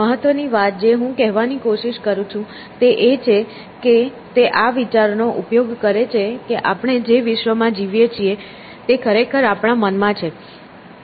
મહત્વની વાત જે હું કહેવાની કોશિશ કરું છું તે એ છે કે તે આ વિચારનો ઉપયોગ કરે છે કે આપણે જે વિશ્વમાં જીવીએ છીએ તે ખરેખર આપણા મનમાં છે